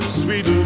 sweet